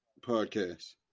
podcast